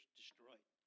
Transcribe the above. destroyed